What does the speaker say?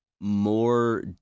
more